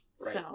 right